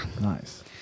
Nice